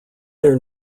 their